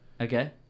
Okay